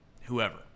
whoever